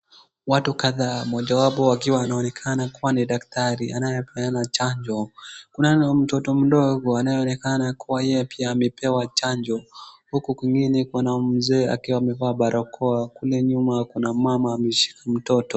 Watu kadhaa mojawapo akiwa anaonekana kuwa ni daktari anayepeana chanjo. Kuna mtoto mdogo anayeonekana kuwa yeye amepewa chanjo. Huku kwingine kuna mzee akiwa amevaa barakoa. Kule nyuma kuna mmama ameshika mtoto.